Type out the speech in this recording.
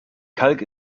kalk